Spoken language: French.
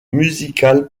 musicale